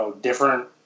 different